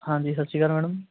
ਹਾਂਜੀ ਸਤਿ ਸ਼੍ਰੀ ਅਕਾਲ ਮੈਡਮ